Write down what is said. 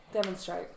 demonstrate